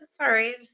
sorry